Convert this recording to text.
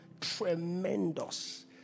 Tremendous